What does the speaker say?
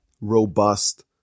robust